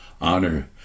honor